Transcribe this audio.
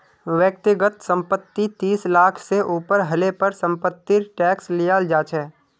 व्यक्तिगत संपत्ति तीस लाख से ऊपर हले पर समपत्तिर टैक्स लियाल जा छे